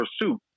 pursuit